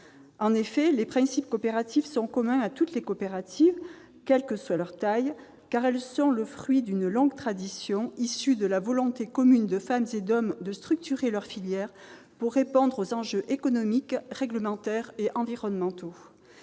En effet, les principes coopératifs sont communs à toutes les coopératives, indépendamment de leur taille, celles-ci étant le fruit d'une longue tradition, issues de la volonté commune de femmes et d'hommes de structurer leur filière pour répondre aux enjeux économiques, réglementaires et environnementaux.